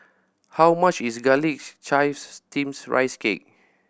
how much is Garlic Chives Steamed Rice Cake